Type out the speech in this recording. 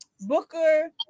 Booker